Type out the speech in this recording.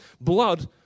blood